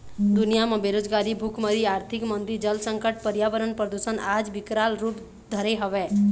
दुनिया म बेरोजगारी, भुखमरी, आरथिक मंदी, जल संकट, परयावरन परदूसन आज बिकराल रुप धरे हवय